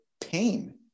pain